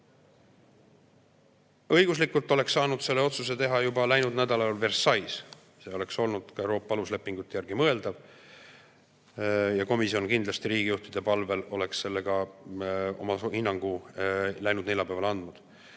Õiguslikult oleks saanud selle otsuse teha juba läinud nädalal Versailles's, see oleks olnud ka Euroopa aluslepingute järgi mõeldav. Komisjon kindlasti riigijuhtide palvel oleks oma hinnangu läinud neljapäeval andnud.